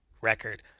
record